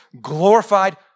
glorified